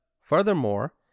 Furthermore